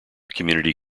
community